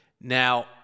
Now